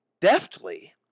deftly